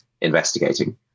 investigating